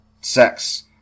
sex